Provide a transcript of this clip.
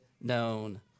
known